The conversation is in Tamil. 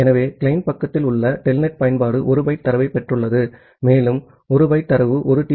ஆகவே கிளையன்ட் பக்கத்தில் உள்ள டெல்நெட் பயன்பாடு 1 பைட் தரவைப் பெற்றுள்ளது மேலும் 1 பைட் தரவு ஒரு டி